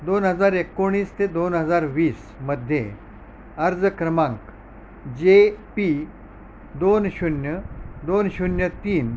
दोन हजार एकोणीस ते दोन हजार वीसमध्ये अर्ज क्रमांक जे पी दोन शून्य दोन शून्य तीन